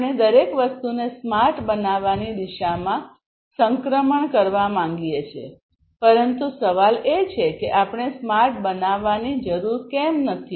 આપણે દરેક વસ્તુને સ્માર્ટ બનાવવાની દિશામાં સંક્રમણ કરવા માંગીએ છીએ પરંતુ સવાલ એ છે કે આપણે સ્માર્ટ બનાવવાની જરૂર કેમ નથી